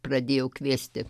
pradėjo kviesti